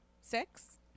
Six